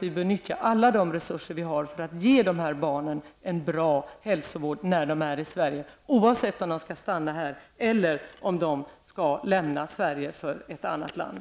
Vi bör nyttja alla tillgängliga resurser för att ge dessa barn en bra hälsovård när de är i Sverige -- oavsett om de skall stanna här eller om de skall lämna Sverige för ett annat land.